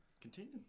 continue